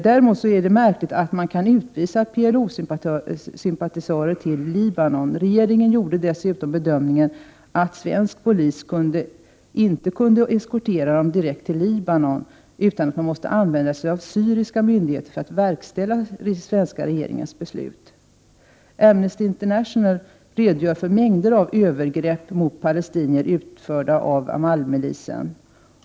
Däremot är det märkligt att man kan utvisa PLO-sympatisörer till Libanon. Regeringen gjorde dessutom bedömningen att svensk polis inte kunde eskortera utvisade direkt till Libanon utan att man måste använda sig av syriska myndigheter för att verkställa den svenska regeringens beslut. Amnesty International redogör för mängder av övergrepp mot palestinier, utförda av Amalmilisen.